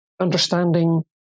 understanding